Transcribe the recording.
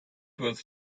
was